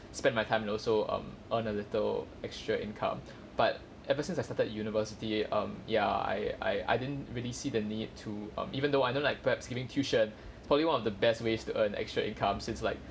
spend my time you know so um earn a little extra income but ever since I started university um ya I I I didn't really see the need to um even though I don't like perhaps giving tuition probably one of the best ways to earn extra income since like